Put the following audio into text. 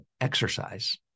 exercise